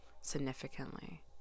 significantly